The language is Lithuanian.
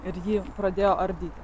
ir ji pradėjo ardyti